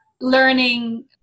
learning